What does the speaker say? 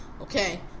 okay